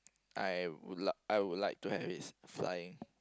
I would like I would like to have is flying